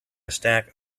stack